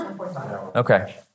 Okay